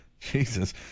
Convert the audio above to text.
Jesus